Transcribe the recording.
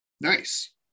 Nice